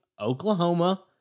Oklahoma